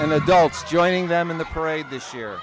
and adults joining them in the parade this year